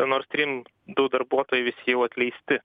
nord stream du darbuotojai visi jau atleisti